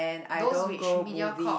those which Mediacorp